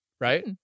right